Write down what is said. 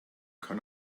kann